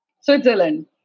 Switzerland